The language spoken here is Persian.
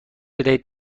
بدهید